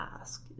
ask